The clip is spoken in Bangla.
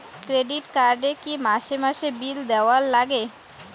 ক্রেডিট কার্ড এ কি মাসে মাসে বিল দেওয়ার লাগে?